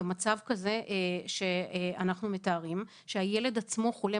במצב כזה שאנחנו מתארים שהילד עצמו חולה